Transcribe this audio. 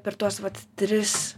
per tuos vat tris